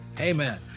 amen